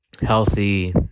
healthy